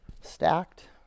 stacked